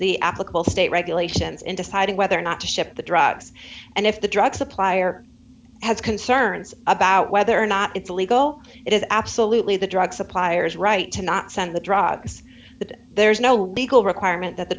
the applicable state regulations in deciding whether or not to ship the drugs and if the drug supplier has concerns about whether or not it's illegal it is absolutely the drug suppliers right to not send the drugs that there's no legal requirement that the